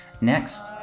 Next